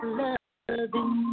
loving